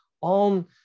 on